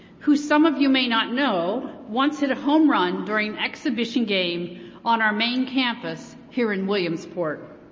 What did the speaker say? who some of you may not know, once hit a home run during exhibition game on our main campus here in williamsport.